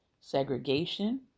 segregation